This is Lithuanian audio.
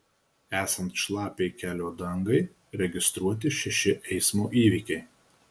esant šlapiai kelio dangai registruoti šeši eismo įvykiai